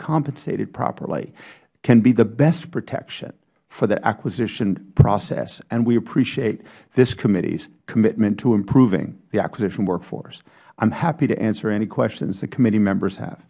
compensated properly can be the best protection for the acquisition process and we appreciate this committees commitment to improving the acquisition workforce i am happy to answer any questions that committee members have